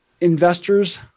investors